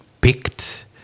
picked